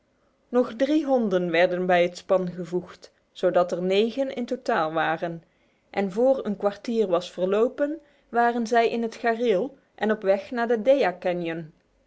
nog drie honden werden bij het span gevoegd zodat er negen in totaal waren en voor een kwartier was verlopen waren zij in het gareel en op weg naar de